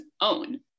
own